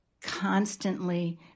constantly